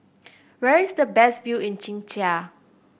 where is the best view in Czechia